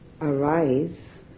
arise